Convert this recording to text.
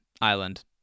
Island